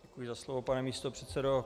Děkuji za slovo, pane místopředsedo.